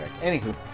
Anywho